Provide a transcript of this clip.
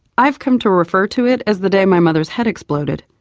i've come to refer to it as the day my mother's head exploded.